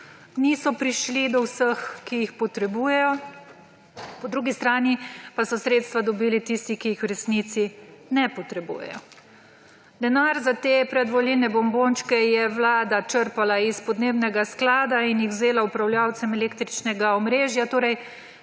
niso prišli do vseh, ki jih potrebujejo, po drugi strani pa so sredstva dobili tisti, ki jih v resnici ne potrebujejo. Denar za te predvolilne bombončke je vlada črpala iz podnebnega sklada in ga vzela upravljalcem električnega omrežja, torej